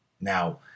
Now